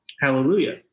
Hallelujah